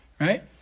right